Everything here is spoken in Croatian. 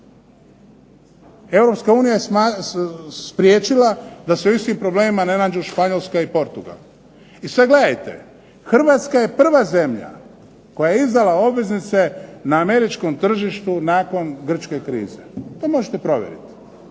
Europska unija je spriječila da se u istim problemima ne nađu Španjolska i Portugal. I sad gledajte, Hrvatska je prva zemlja koja je izdala obveznice na američkom tržištu nakon grčke krize. To možete provjeriti,